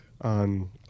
On